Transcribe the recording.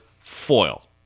foil